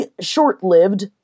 short-lived